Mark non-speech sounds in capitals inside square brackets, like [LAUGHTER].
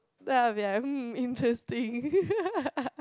then I'll be like um interesting [LAUGHS]